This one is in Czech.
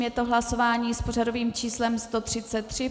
Je to hlasování s pořadovým číslem 133.